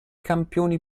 campioni